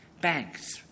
banks